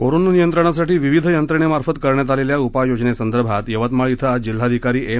corona नियंत्रणासाठी विविध यंत्रणेमार्फत करण्यात आलेल्या उपाययोजनेसंदर्भात यवतमाळ इथं आज जिल्हाधिकारी एम